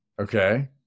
Okay